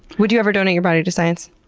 would you ever donate your body to science?